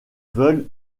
veulent